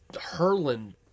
hurling